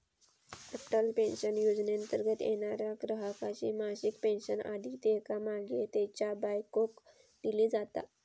Atal pension योजनेंतर्गत येणाऱ्या ग्राहकाची मासिक पेन्शन आधी त्येका मागे त्येच्या बायकोक दिली जाता